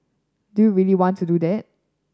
do you really want to do that